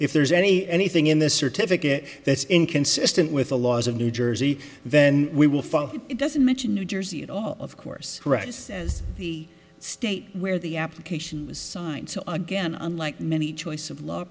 if there's any anything in the certificate that's inconsistent with the laws of new jersey then we will find it doesn't mention new jersey at all of course russia says the state where the application was signed so again unlike many choice of law